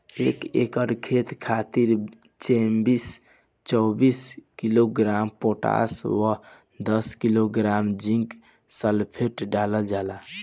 एक एकड़ खेत खातिर चौबीस किलोग्राम पोटाश व दस किलोग्राम जिंक सल्फेट डालल जाला?